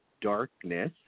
darkness